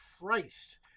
Christ